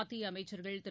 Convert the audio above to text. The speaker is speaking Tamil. மத்திய அமைச்சர்கள் திரு